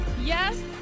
yes